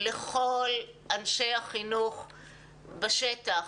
לכל אנשי החינוך בשטח,